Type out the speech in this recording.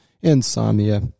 insomnia